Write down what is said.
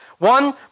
One